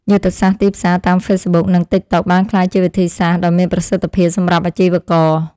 យុទ្ធសាស្ត្រទីផ្សារតាមហ្វេសប៊ុកនិងតិកតុកបានក្លាយជាវិធីសាស្ត្រដ៏មានប្រសិទ្ធភាពសម្រាប់អាជីវក។